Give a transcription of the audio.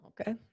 Okay